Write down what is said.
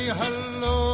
hello